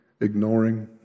ignoring